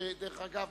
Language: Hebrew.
שדרך אגב,